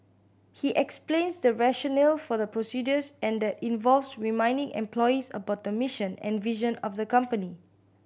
he explains the rationale for the procedures and that involves reminding employees about the mission and vision of the company